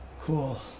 cool